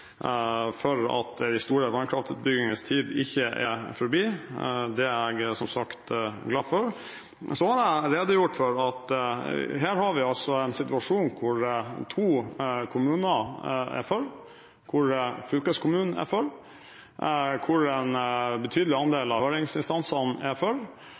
for at de store vannkraftutbyggingenes tid ikke er forbi. Det er jeg, som sagt, glad for. Jeg har redegjort for at vi her har en situasjon hvor to kommuner er for, hvor fylkeskommunen er for, hvor en betydelig andel av høringsinstansene er for,